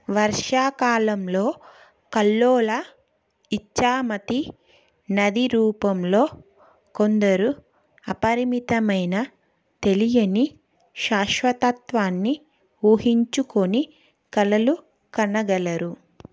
వర్షాకాలంలో కల్లోల ఇచ్ఛామతి నది రూపంలో కొందరు అపరిమితమైన తెలియని శాశ్వతత్వాన్ని ఊహించుకొని కలలు కనగలరు